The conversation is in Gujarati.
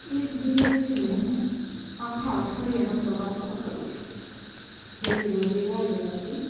એક દિવસથી લઈને આખાં અઠવાડિયાનો પ્રવાસ પણ કરું છું જેથી રોજિંદા જીવનથી